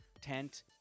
tent